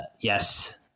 Yes